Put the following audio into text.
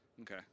Okay